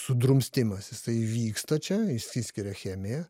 sudrumstimas jisai vyksta čia išsiskiria chemija